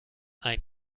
ein